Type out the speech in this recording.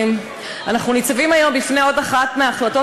אנחנו ניצבים היום בפני עוד אחת ההחלטות